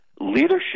leadership